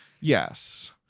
Yes